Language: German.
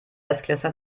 erstklässler